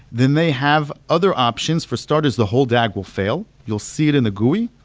then they have other options for starters, the whole dag will fail. you'll see it in the gui.